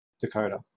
Dakota